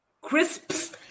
crisps